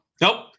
Nope